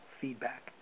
feedback